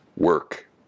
work